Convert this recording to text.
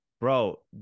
Bro